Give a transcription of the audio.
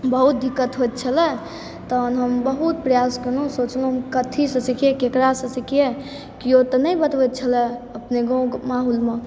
बहुत दिक्कत होइत छलै तहन हम बहुत प्रयास कयलहुँ सोचलहुँ कथीसँ सीखिए ककरासँ सीखियै कियो तऽ नहि बतबै छल अपने गाँवके माहौलमे